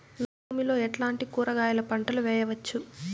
నా భూమి లో ఎట్లాంటి కూరగాయల పంటలు వేయవచ్చు?